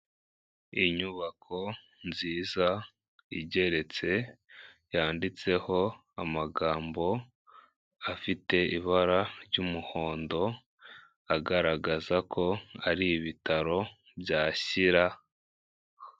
Inyubako nziza igeretse, yanditseho amagambo afite ibara ry'umuhondo, agaragaza ko ari ibitaro bya Shyira.